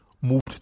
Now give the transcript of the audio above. moved